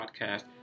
Podcast